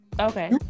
Okay